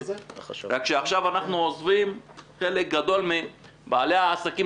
רק שעכשיו אנחנו עוזבים חלק גדול מבעלי העסקים